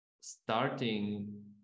starting